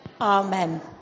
Amen